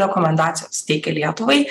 rekomendacijas teikia lietuvai